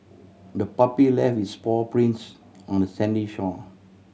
the puppy left its paw prints on the sandy shore